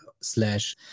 slash